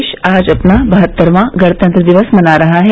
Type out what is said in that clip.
देश आज अपना बहत्तरवां गणतंत्र दिवस मना रहा है